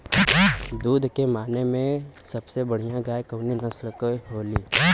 दुध के माने मे सबसे बढ़ियां गाय कवने नस्ल के होली?